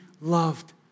loved